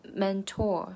mentor